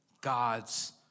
God's